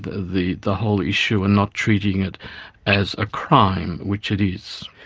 the the whole issue and not treating it as a crime, which it is.